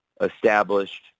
established